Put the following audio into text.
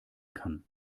kann